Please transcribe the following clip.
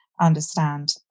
understand